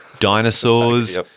dinosaurs